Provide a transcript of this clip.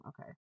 Okay